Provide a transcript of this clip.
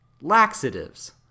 laxatives